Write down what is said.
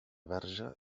verge